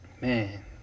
man